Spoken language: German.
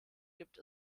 gibt